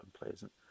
unpleasant